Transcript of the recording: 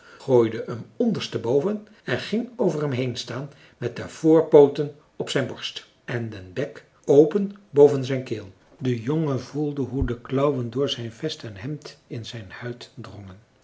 hem onderste boven en ging over hem heen staan met de voorpooten op zijn borst en den bek open boven zijn keel de jongen voelde hoe de klauwen door zijn vest en hemd in zijn huid drongen